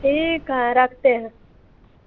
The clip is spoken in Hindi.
ठीक है रखते हैं